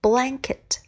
Blanket